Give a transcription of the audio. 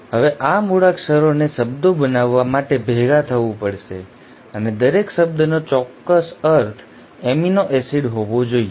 હવે આ મૂળાક્ષરોને શબ્દો બનાવવા માટે ભેગા થવું પડશે અને દરેક શબ્દનો અર્થ ચોક્કસ એમિનો એસિડ હોવો જોઈએ